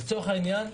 לצורך העניין,